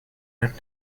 mit